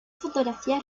fotografías